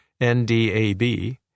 NDAB